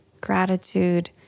gratitude